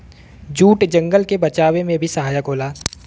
jute जंगल के बचावे में भी सहायक होला